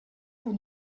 pour